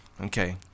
Okay